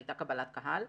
הייתה קבלת קהל.